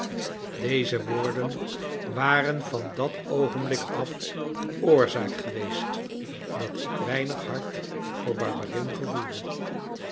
deze woorden waren van dat oogenblik af oorzaak geweest dat ik weinig hart voor barberin gevoelde